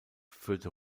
führte